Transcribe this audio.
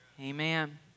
Amen